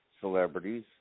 celebrities